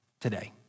today